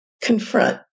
confront